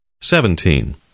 Seventeen